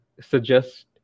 suggest